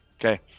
Okay